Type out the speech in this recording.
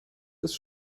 ist